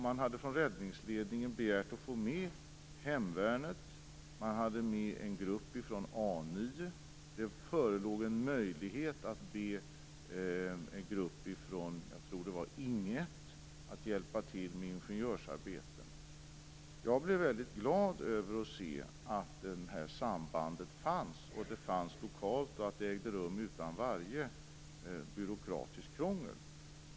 Man hade från räddningsledningen begärt att få med hemvärnet, man hade med en grupp från A 9 och det förelåg en möjlighet att be en grupp från Ing 1 att hjälpa till med ingenjörsarbeten. Jag blev väldigt glad över att se att detta samband fanns, att det fanns lokalt och att det ägde rum utan varje byråkratiskt krångel.